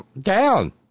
down